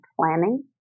planning